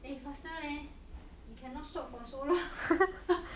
eh faster leh cannot stop for so long ha ha